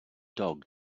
dog